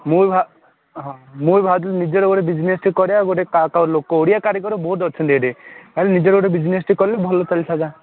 ମୁଁ ବି ଭା ହଁ ମୁଁ ବି ଭାବୁଥିଲି ନିଜର ଗୋଟେ ବିଜିନେସ୍ଟେ କରିବା ଗୋଟେ ଲୋକ ଓଡ଼ିଆ କାରିଗର ବହୁତ ଅଛନ୍ତି ଏଠି ହେଲେ ନିଜର ଗୋଟେ ବିଜିନେସ୍ଟେ କଲେ ଭଲ ଚାଲିଥାନ୍ତା